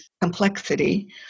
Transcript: complexity